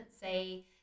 say